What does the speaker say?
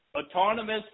Autonomous